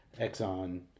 Exxon